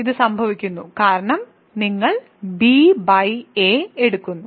ഇത് സംഭവിക്കുന്നു കാരണം നിങ്ങൾ ba എടുക്കുന്നു